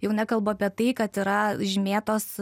jau nekalbu apie tai kad yra žymėtos